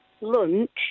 lunch